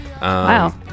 Wow